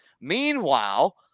Meanwhile